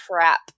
trap